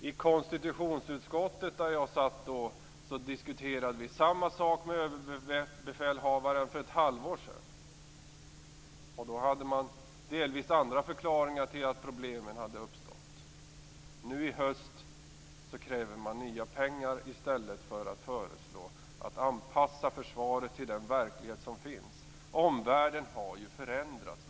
I konstitutionsutskottet, där jag satt då, diskuterade vi samma sak med överbefälhavaren för ett halvår sedan. Då hade man delvis andra förklaringar till att problemen hade uppstått. Nu i höst kräver man nya pengar i stället för att föreslå att man skall anpassa försvaret till den verklighet som finns. Omvärlden har ju förändrats.